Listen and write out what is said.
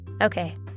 Okay